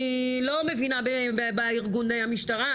סליחה, אני לא מבינה בארגון המשטרה.